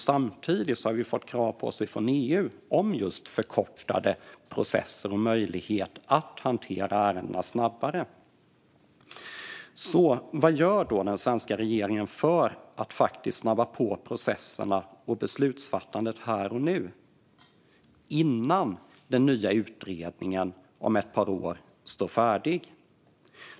Samtidigt har vi fått krav på oss från EU om just förkortade processer och möjligheter att hantera ärenden snabbare. Vad gör den svenska regeringen för att snabba på processer och beslutsfattande här och nu, innan den nya utredningen står färdig om ett par år?